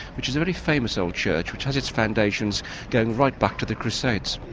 which is a very famous old church which has its foundations going right back to the crusades.